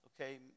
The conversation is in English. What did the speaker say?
okay